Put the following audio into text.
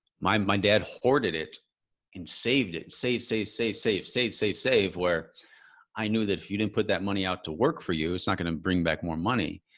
my my dad hoarded it and saved it. save, save, save, save, save, save, save where i knew that if you didn't put that money out to work for you, it's not going to bring back more money.